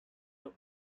our